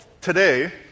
today